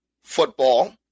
football